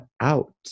out